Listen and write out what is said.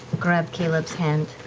grab caleb's hand,